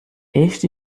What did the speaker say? este